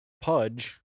Pudge